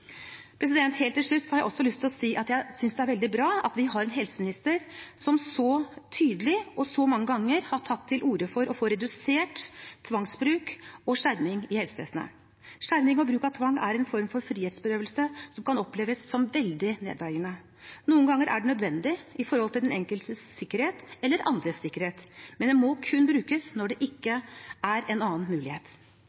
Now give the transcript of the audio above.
Helt til slutt har jeg lyst til å si at jeg synes det er veldig bra at vi har en helseminister som så tydelig og så mange ganger har tatt til orde for å få redusert tvangsbruk og skjerming i helsevesenet. Skjerming og bruk av tvang er en form for frihetsberøvelse som kan oppleves som veldig nedverdigende. Noen ganger er det nødvendig for den enkeltes sikkerhet eller andres sikkerhet. Men det må kun brukes når det ikke